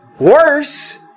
Worse